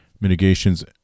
mitigations